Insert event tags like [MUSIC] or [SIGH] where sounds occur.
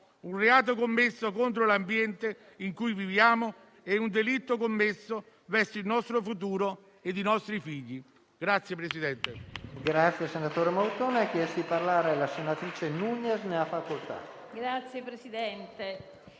Un reato commesso contro l'ambiente in cui viviamo è un delitto commesso verso il nostro futuro e i nostri figli. [APPLAUSE]